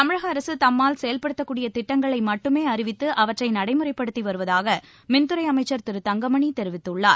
தமிழக அரசு தம்மால் செயல்படுத்தக்கூடிய திட்டங்களை மட்டுமே அறிவித்து அவற்றை நடைமுறைப்படுத்தி வருவதாக மின்துறை அமைச்சர் திரு தங்கமணி தெரிவித்துள்ளார்